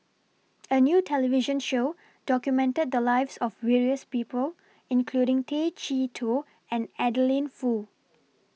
A New television Show documented The Lives of various People including Tay Chee Toh and Adeline Foo